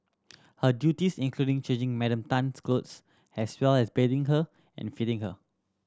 her duties including changing Madam Tan's clothes as well as bathing her and feeding her